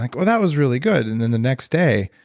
like, oh, that was really good. and then the next day,